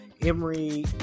Emory